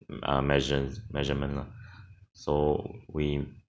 um uh measure measurement lah so we